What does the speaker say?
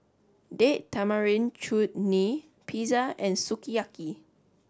date Tamarind Chutney Pizza and Sukiyaki